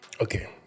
Okay